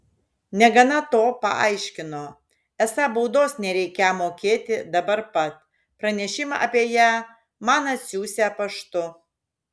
negana to paaiškino esą baudos nereikią mokėti dabar pat pranešimą apie ją man atsiųsią paštu